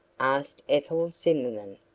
asked ethel zimmerman.